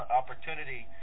opportunity